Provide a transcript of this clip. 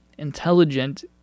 intelligent